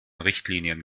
richtlinien